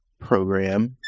program